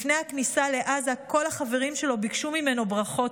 לפני הכניסה לעזה כל החברים שלו ביקשו ממנו ברכות,